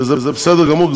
שזה בסדר גמור,